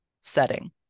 setting